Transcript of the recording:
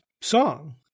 song